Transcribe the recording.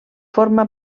forma